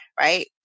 right